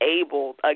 able